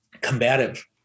combative